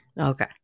Okay